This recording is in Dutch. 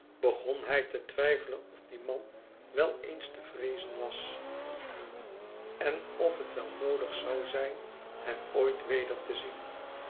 begon hij te twijfelen of die man wel eens te vreezen was en of het wel noodig zou zijn hem ooit weder te zien